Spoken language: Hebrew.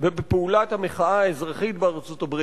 ובפעולת המחאה האזרחית בארצות-הברית,